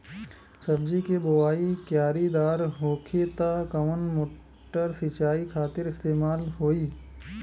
सब्जी के बोवाई क्यारी दार होखि त कवन मोटर सिंचाई खातिर इस्तेमाल होई?